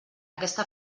aquesta